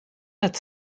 that